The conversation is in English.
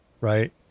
Right